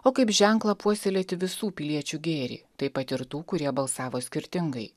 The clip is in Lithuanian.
o kaip ženklą puoselėti visų piliečių gėrį taip pat ir tų kurie balsavo skirtingai